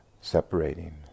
separating